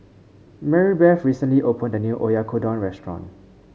Marybeth recently opened a new Oyakodon restaurant